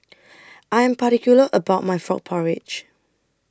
I Am particular about My Frog Porridge